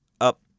up